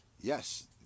Yes